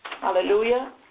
Hallelujah